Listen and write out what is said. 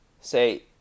say